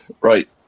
Right